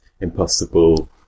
Impossible